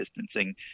distancing